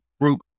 group